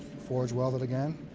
forge welded again.